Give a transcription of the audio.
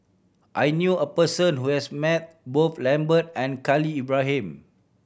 I knew a person who has met both Lambert and Khalil Ibrahim